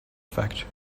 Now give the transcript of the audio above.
effect